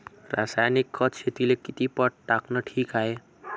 रासायनिक खत शेतीले किती पट टाकनं ठीक हाये?